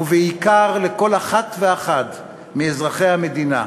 ובעיקר לכל אחת ואחד מאזרחי המדינה,